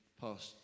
past